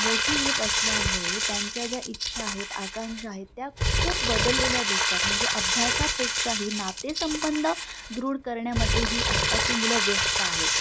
मोठी होत असल्यामुळे त्यांच्या ज्या इच्छा आहेत आकांक्षा आहेत त्या खूप बदललेल्या दिसतात म्हणजे अभ्यासापेक्षाही नातेसंंबंध दृढ करण्यामध्ये ही आत्ताची मुलं व्यस्त आहेत